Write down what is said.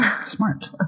smart